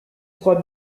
crois